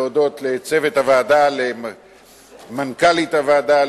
להודות לצוות הוועדה: למנכ"לית הוועדה,